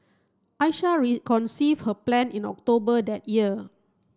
Aisha conceived her plan in October that year